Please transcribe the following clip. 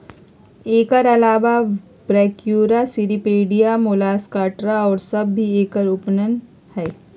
एकर अलावा Brachyura, Cirripedia, Malacostraca और सब भी एकर उपगण हई